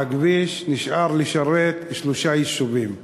והכביש נשאר לשרת שלושה יישובים.